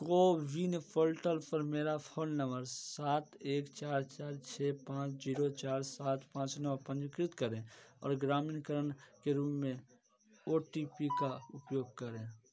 CoWIN portal पर मेरा phone number सात एक चार चार छः पाँच जीरो चार सात पाँच नौ पंजीकृत करें और ग्रामीणकरण के रूम में ओ टी पी का उपयोग करें